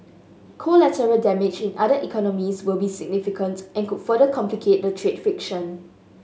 collateral damage in other economies will be significant and could further complicate the trade friction